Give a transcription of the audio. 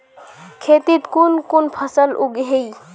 खेतीत कुन कुन फसल उगेई?